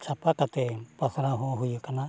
ᱪᱷᱟᱯᱟ ᱠᱟᱛᱮᱫ ᱯᱟᱲᱦᱟᱣ ᱦᱚᱸ ᱦᱩᱭ ᱠᱟᱱᱟ